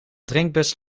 drinkbus